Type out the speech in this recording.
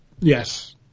Yes